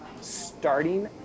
starting